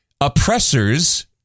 Oppressors